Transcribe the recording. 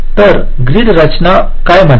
तर ग्रीड रचना काय म्हणते